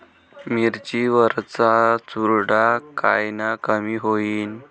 मिरची वरचा चुरडा कायनं कमी होईन?